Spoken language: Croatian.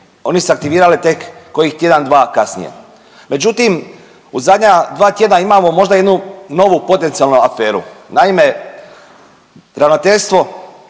Oni su se aktivirali tek kojih tjedan, dva kasnije, međutim, u zadnja dva tjedna imamo možda jednu novu potencijalnu aferu. Naime, Ravnateljstvo